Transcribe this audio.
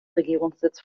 regierungssitz